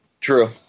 True